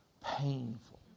Painful